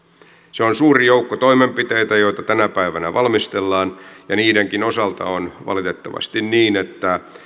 se on suuri joukko toimenpiteitä joita tänä päivänä valmistellaan niidenkin osalta on valitettavasti niin että